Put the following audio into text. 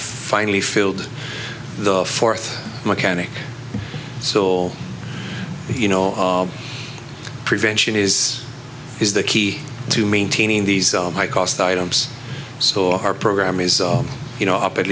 finally filled the fourth mechanic sol you know prevention is is the key to maintaining these high cost items so our program is you know up at